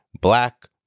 black